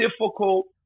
difficult